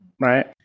right